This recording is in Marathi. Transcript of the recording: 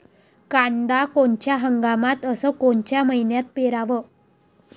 कांद्या कोनच्या हंगामात अस कोनच्या मईन्यात पेरावं?